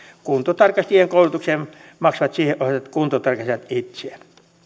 kuntotarkastajien koulutuksen maksavat siihen osallistuvat kuntotarkastajat itse